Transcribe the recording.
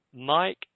Mike